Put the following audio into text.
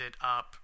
up